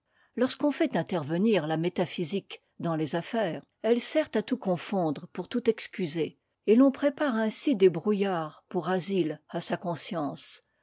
lorsqu'on fait intervenir la métaphysique dans les affaires elle sert à tout confondre pour tout excuser et l'on prépare ainsi des brouillards pour asile à sa conscience